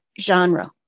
genre